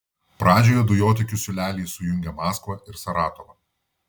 pradžioje dujotiekių siūleliai sujungia maskvą ir saratovą